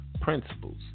Principles